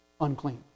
unclean